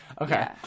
okay